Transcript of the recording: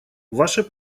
ваше